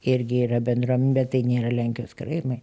irgi yra bendruom bet tai nėra lenkijos karaimai